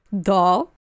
doll